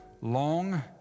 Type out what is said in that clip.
long